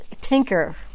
tinker